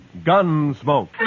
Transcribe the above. Gunsmoke